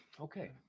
Okay